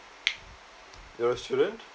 you're a student